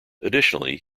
additionally